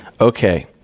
okay